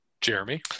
Jeremy